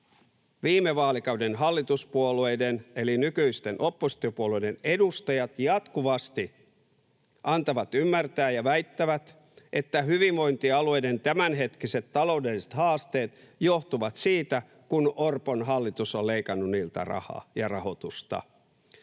viime vaalikauden hallituspuolueiden eli nykyisten oppositiopuolueiden edustajat jatkuvasti antavat ymmärtää ja väittävät, että hyvinvointialueiden tämänhetkiset taloudelliset haasteet johtuvat siitä, kun Orpon hallitus on leikannut niiltä rahaa ja rahoitusta.